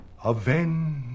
Avenge